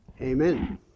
Amen